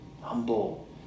humble